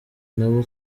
nabo